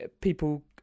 people